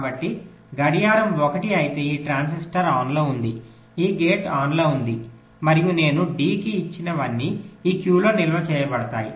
కాబట్టి గడియారం 1 అయితే ఈ ట్రాన్సిస్టర్ ఆన్లో ఉంది ఈ గేట్ ఆన్లో ఉంది మరియు నేను D కి ఇచ్చినవన్నీ Q లో నిల్వ చేయబడతాయి